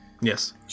Yes